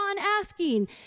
asking